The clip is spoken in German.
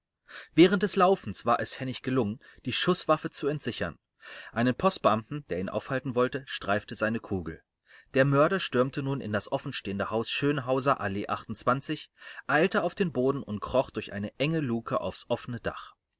während des laufens war es hennig gelungen die schußwaffe zu entsichern einen postbeamten der ihn aufhalten wollte streifte seine kugel der mörder stürmte in das offenstehende haus schönhauser allee eilte auf den boden und kroch durch eine enge luke aufs offene dach